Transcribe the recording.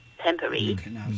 temporary